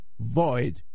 void